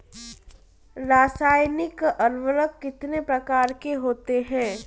रासायनिक उर्वरक कितने प्रकार के होते हैं?